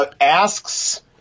asks